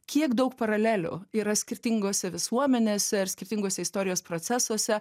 kiek daug paralelių yra skirtingose visuomenėse ir skirtingose istorijos procesuose